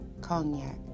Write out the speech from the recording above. cognac